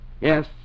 Yes